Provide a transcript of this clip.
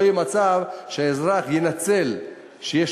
לא יהיה מצב שהאזרח ינצל את זה שיש